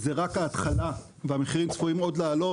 זה רק ההתחלה והמחירים צפויים עוד לעלות.